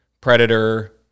Predator